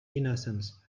innocence